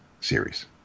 series